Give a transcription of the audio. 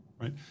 Right